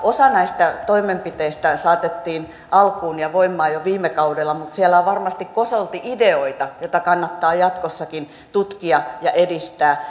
osa näistä toimenpiteistä saatettiin alkuun ja voimaan jo viime kaudella mutta siellä on varmasti kosolti ideoita joita kannattaa jatkossakin tutkia ja edistää